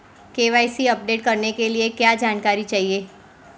KYC update करने के लिए क्या जानकारी चाहिए?